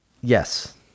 Yes